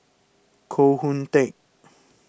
Koh Hoon Teck